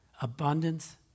abundance